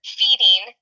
feeding